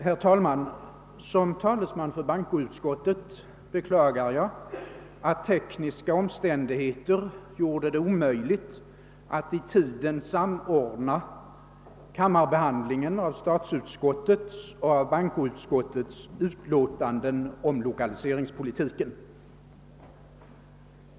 Herr talman! Som talesman för bankoutskottet beklagar jag att tekniska omständigheter gjorde det omöjligt att i tiden samordna kammarbehandlingen av statsutskottets och bankoutskottets utlåtanden om lokaliseringspolitiken.